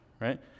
right